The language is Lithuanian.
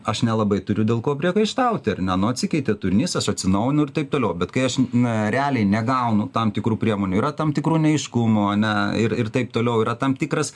aš nelabai turiu dėl ko priekaištauti ar ne nu atsikeitė turinys aš atsinaujinu ir taip toliau bet kai aš na realiai negaunu tam tikrų priemonių yra tam tikro neaiškumo ar ne ir taip toliau yra tam tikras